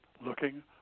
looking